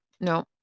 No